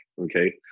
Okay